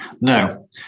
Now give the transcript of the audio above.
No